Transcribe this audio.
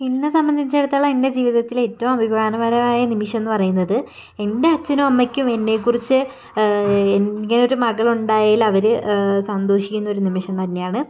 എന്നെ സംബന്ധിച്ചിടത്തോളം എൻ്റെ ജീവിതത്തിൽ ഏറ്റവും അഭിമാനകരമായ നിമിഷം എന്ന് പറയുന്നത് എൻ്റെ അച്ഛനും അമ്മയ്ക്കും എന്നെ കുറിച്ച് ഇങ്ങനെ ഒരു മകൾ ഉണ്ടായതിൽ അവർ സന്തോഷിക്കുന്ന ഒരു നിമിഷം തന്നെയാണ്